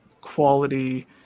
quality